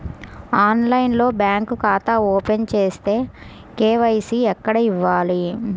ఆన్లైన్లో బ్యాంకు ఖాతా ఓపెన్ చేస్తే, కే.వై.సి ఎక్కడ ఇవ్వాలి?